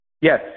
Yes